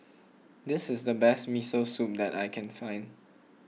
this is the best Miso Soup that I can find